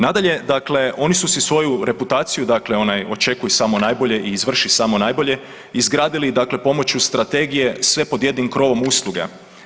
Nadalje, dakle oni su si svoju reputaciju dakle, onaj „Očekuj samo najbolje i izvrši samo najbolje“, izgradili dakle pomoću strategije sve pod jednim krovom usluge.